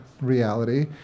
reality